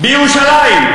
על ירושלים,